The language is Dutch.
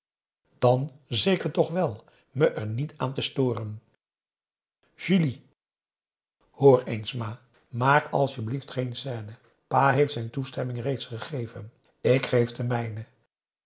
dan zeker toch wel me er niet aan te storen julie hoor eens ma maak asjeblieft geen scène pa heeft zijn toestemming reeds gegeven ik geef